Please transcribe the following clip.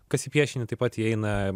kas į piešinį taip pat įeina